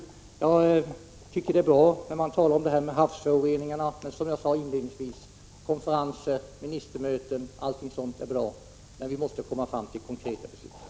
Jag tycker att det är bra att man talar om havsföroreningar, konferenser, ministermöten, m.m., men vi måste komma fram till konkreta beslut.